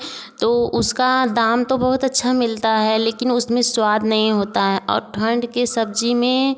तो उसका दाम तो बहुत अच्छा मिलता है लेकिन उसमें स्वाद नहीं होता है और ठंड के सब्ज़ी में